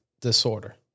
disorder